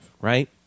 right